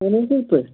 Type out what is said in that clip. اَہَن حظ اَصٕل پٲٹھۍ